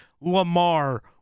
lamar